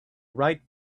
right